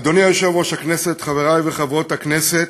אדוני יושב-ראש הכנסת, חברי וחברות הכנסת,